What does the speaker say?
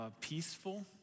peaceful